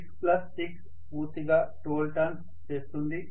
6 6 పూర్తిగా 12 టర్న్స్ చేస్తుంది